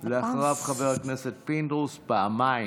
אחריו, חבר הכנסת פינדרוס פעמיים,